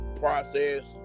process